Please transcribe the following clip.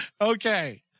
Okay